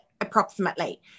approximately